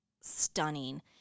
stunning